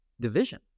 division